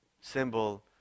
symbol